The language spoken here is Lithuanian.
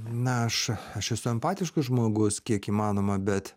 na aš aš esu empatiškas žmogus kiek įmanoma bet